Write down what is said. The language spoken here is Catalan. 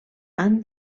han